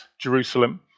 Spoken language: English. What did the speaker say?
Jerusalem